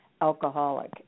alcoholic